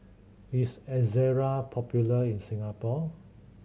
is Ezerra popular in Singapore